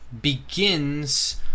begins